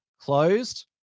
closed